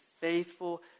faithful